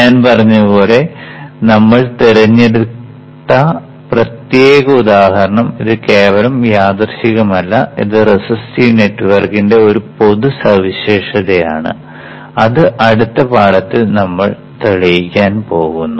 ഞാൻ പറഞ്ഞതുപോലെ നമ്മൾ തിരഞ്ഞെടുത്ത പ്രത്യേക ഉദാഹരണം ഇത് കേവലം യാദൃശ്ചികമല്ല ഇത് റെസിസ്റ്റീവ് നെറ്റ്വർക്കിന്റെ ഒരു പൊതു സവിശേഷത ആണ് അത് അടുത്ത പാഠത്തിൽ നമ്മൾ തെളിയിക്കാൻ പോകുന്നു